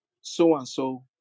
so-and-so